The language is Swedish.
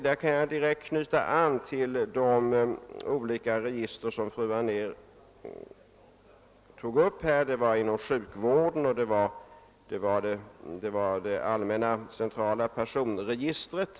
Jag kan direkt knyta an till de olika register som fru Anér nämnde, dvs. register inom sjukvården och det allmänna centrala personregistret.